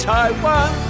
Taiwan